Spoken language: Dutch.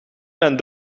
mijn